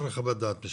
צריך חוות דעת משפטית.